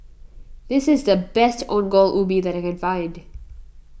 this is the best Ongol Ubi that I can find